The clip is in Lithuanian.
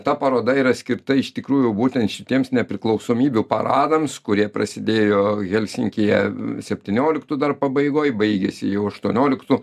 ta paroda yra skirta iš tikrųjų būtent šitiems nepriklausomybių paradams kurie prasidėjo helsinkyje septynioliktų dar pabaigoj baigėsi jau aštuonioliktų